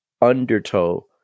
undertow